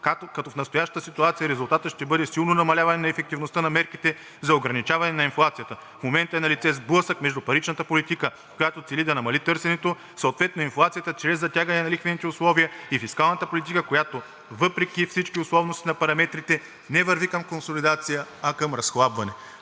като в настоящата ситуация резултатът ще бъде силно намаляване на ефективността на мерките за ограничаване на инфлацията. В момента е налице сблъсък между паричната политика, която цели да намали търсенето, съответно инфлацията чрез затягане на лихвените условия, и фискалната политика, която, въпреки всички условности на параметрите, не върви към консолидация, а към разхлабване.